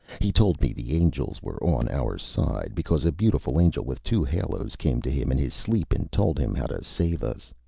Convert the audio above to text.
he told me the angels were on our side, because a beautiful angel with two halos came to him in his sleep and told him how to save us.